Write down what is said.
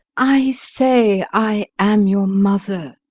i say i am your mother.